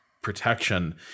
protection